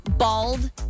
Bald